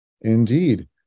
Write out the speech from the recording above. Indeed